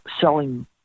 selling